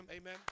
Amen